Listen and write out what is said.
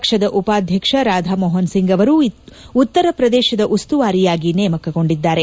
ಪಕ್ಷದ ಉಪಾಧ್ಯಕ್ಷ ರಾಧ ಮೋಹನ್ ಸಿಂಗ್ ಅವರು ಉತ್ತರ ಪ್ರದೇಶದ ಉಸ್ತುವಾರಿಯಾಗಿ ನೇಮಕಗೊಂಡಿದ್ದಾರೆ